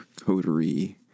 coterie